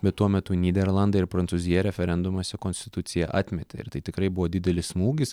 bet tuo metu nyderlandai ir prancūzija referendumuose konstituciją atmetė ir tai tikrai buvo didelis smūgis